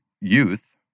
youth